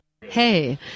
Hey